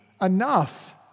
enough